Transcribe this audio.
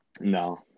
No